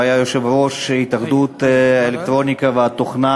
שהיה יושב-ראש התאחדות האלקטרוניקה והתוכנה,